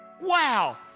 Wow